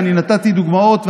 ואני נתתי דוגמאות,